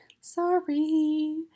sorry